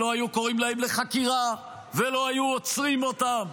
שלא היו קוראים להם לחקירה ולא היו עוצרים אותם.